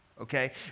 okay